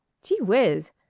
gee whiz!